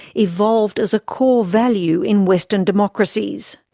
evolved as a core value in western democracies.